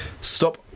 Stop